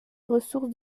ressources